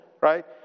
Right